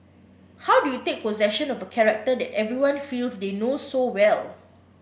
how do you take possession of a character that everyone feels they know so well